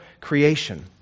creation